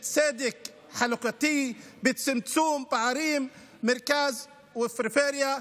"צדק חלוקתי", "צמצום פערים בין מרכז ופריפריה".